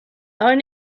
own